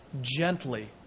gently